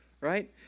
Right